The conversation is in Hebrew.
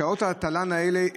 שעות תל"ן הללו צומצמו,